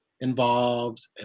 involved